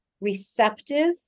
receptive